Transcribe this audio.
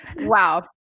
Wow